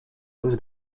with